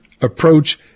approach